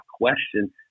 question